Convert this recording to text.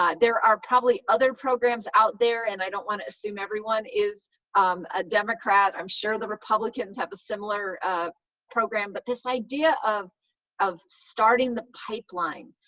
there are probably other programs out there, and i don't want to assume everyone is um a democrat i'm sure the republicans have a similar program, but this idea of of starting the pipeline,